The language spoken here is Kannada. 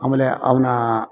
ಆಮೇಲೆ ಅವನ